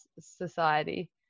society